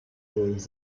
ruins